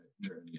journey